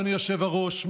אדוני היושב-ראש,